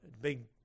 Big